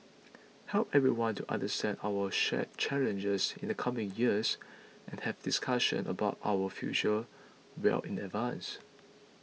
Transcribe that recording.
help everyone to understand our shared challenges in the coming years and have discussions about our future well in advance